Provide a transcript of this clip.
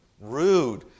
rude